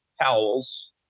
towels